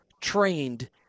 trained